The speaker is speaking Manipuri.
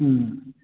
ꯎꯝ